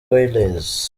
wales